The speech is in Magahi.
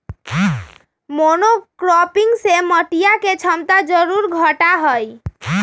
मोनोक्रॉपिंग से मटिया के क्षमता जरूर घटा हई